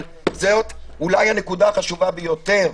אבל זאת אולי הנקודה החשובה ביותר.